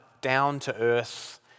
down-to-earth